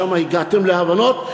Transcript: שם הגעתם להבנות,